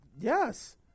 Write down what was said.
Yes